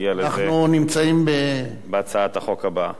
ונגיע לזה בהצעת החוק הבאה.